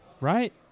right